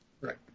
Right